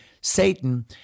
Satan